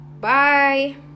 Bye